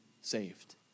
saved